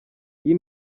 iyi